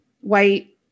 white